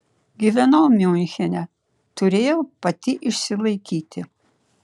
gyvenau miunchene turėjau pati išsilaikyti